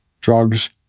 drugs